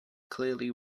clearly